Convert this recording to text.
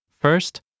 First